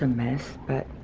mess but.